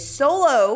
solo